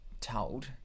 told